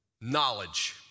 knowledge